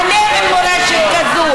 אז תיהנה עם מורשת כזאת,